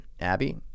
Abby